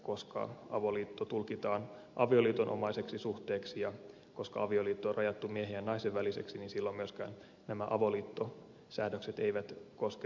koska avoliitto tulkitaan avioliitonomaiseksi suhteeksi ja koska avioliitto on rajattu miehen ja naisen väliseksi niin silloin myöskään nämä avoliittosäädökset eivät koske samasukupuolisia pareja